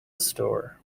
store